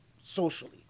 socially